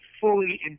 fully